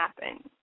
happen